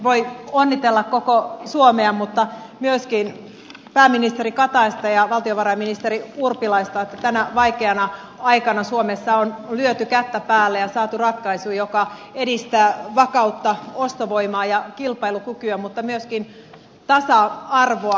voi onnitella koko suomea mutta myöskin pääministeri kataista ja valtiovarainministeri urpilaista siitä että tänä vaikeana aikana suomessa on lyöty kättä päälle ja saatu ratkaisu joka edistää vakautta ostovoimaa ja kilpailukykyä mutta myöskin tasa arvoa